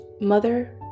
mother